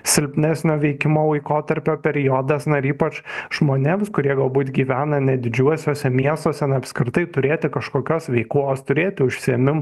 silpnesnio veikimo laikotarpio periodas na ir ypač žmonėms kurie galbūt gyvena ne didžiuosiuose miestuose na apskritai turėti kažkokios veikos turėti užsiėmim